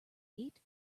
eight